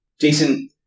Jason